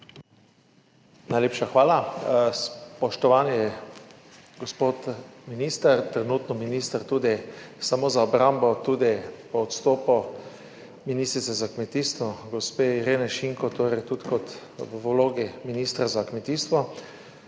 Najlepša hvala. Spoštovani gospod minister, trenutno minister za obrambo, po odstopu ministrice za kmetijstvo gospe Irene Šinko tudi v vlogi ministra za kmetijstvo!